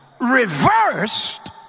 reversed